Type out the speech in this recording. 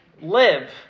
live